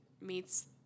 meets